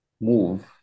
move